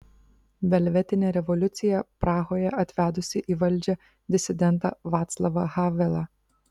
velvetinė revoliucija prahoje atvedusi į valdžią disidentą vaclavą havelą